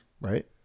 Right